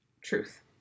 Truth